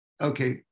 Okay